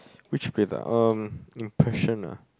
which place ah um impression ah